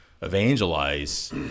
evangelize